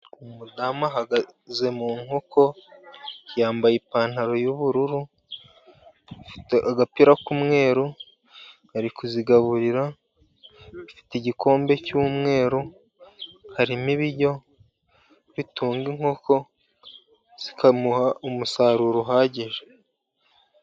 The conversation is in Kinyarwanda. Umudamu ahagaze mu nkoko, yambaye ipantaro y'ubururu, afite agapira k'umweru, ari kuzigaburira, afite igikombe cy'umweru, harimo ibiryo bitunga inkoko zikamuha umusaruro uhagije.